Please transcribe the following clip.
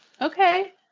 Okay